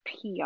pr